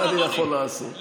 מה אני יכול לעשות.